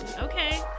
Okay